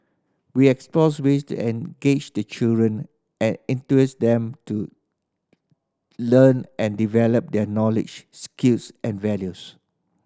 we explore ways to engage the children and enthuse them to learn and develop their knowledge skills and values